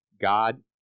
God